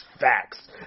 facts